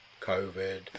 COVID